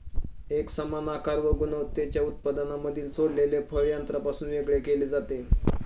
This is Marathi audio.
एकसमान आकार व गुणवत्तेच्या उत्पादनांमधील सडलेले फळ यंत्रापासून वेगळे केले जाते